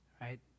right